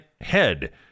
head